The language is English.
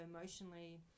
emotionally